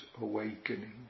awakening